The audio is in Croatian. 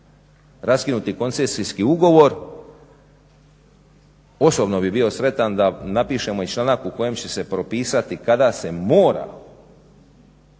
raskinuti koncesijski ugovor. Osobno bih bio sretan da napišemo i članak u kojem će se propisati kada se mora